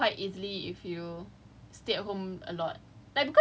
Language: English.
I don't know like I felt I felt like you get burnout quite easily if you